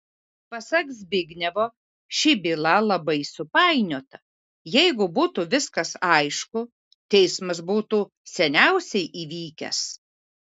pasak zbignevo ši byla labai supainiota jeigu būtų viskas aišku teismas būtų seniausiai įvykęs